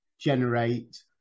generate